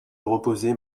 reposer